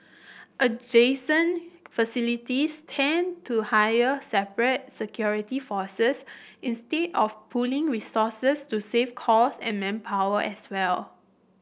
adjacent facilities tend to hire separate security forces instead of pooling resources to save cost and manpower as well